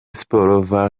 sport